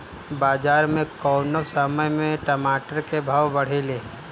बाजार मे कौना समय मे टमाटर के भाव बढ़ेले?